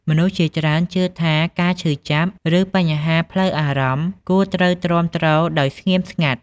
មនុស្សជាច្រើនជឿថា ការឈឺចាប់ ឬបញ្ហាផ្លូវអារម្មណ៍គួរត្រូវទ្រាំទ្រដោយស្ងៀមស្ងាត់។